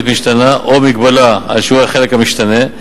משתנה או מגבלה על שיעור החלק המשתנה,